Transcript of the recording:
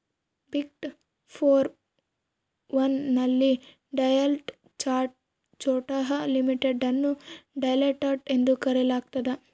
ಬಿಗ್ಡೆ four one ನಲ್ಲಿ Deloitte Touche Tohmatsu limited ಅನ್ನು Deloitte ಎಂದು ಕರೆಯಲಾಗ್ತದ